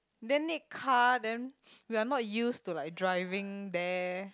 then need car then we're not used to like driving there